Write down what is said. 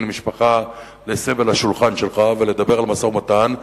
משפחה להסב אל השולחן שלך ולדבר על משא-ומתן,